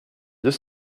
deux